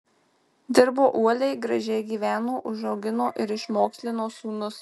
dirbo uoliai gražiai gyveno užaugino ir išmokslino sūnus